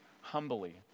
humbly